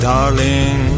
Darling